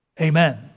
Amen